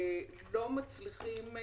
לא מצליחים,